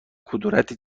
کدورتی